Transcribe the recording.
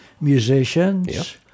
musicians